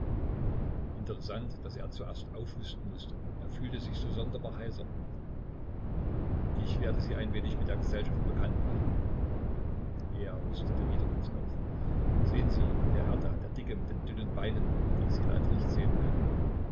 interessant daß er zuerst aufhusten mußte er fühlte sich so sonderbar heiser ich werde sie ein wenig mit der gesellschaft bekannt machen er hustete wieder kurz auf sehen sie der herr da der dicke mit den dünnen beinen die sie leider nicht sehen können